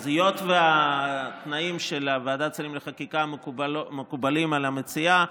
אז היות שהתנאים של ועדת שרים לחקיקה מקובלים על המציעה,